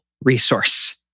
resource